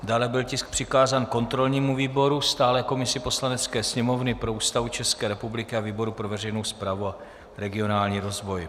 Dále byl tisk přikázán kontrolnímu výboru, stálé komisi Poslanecké sněmovny pro Ústavu České republiky a výboru pro veřejnou správu a regionální rozvoj.